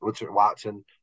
Watson